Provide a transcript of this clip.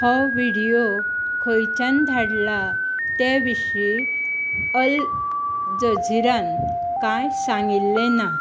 हो व्हिडियो खंयच्यान धाडला ते विशीं अल जझीरान कांय सांगिल्लें ना